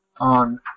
on